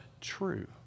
true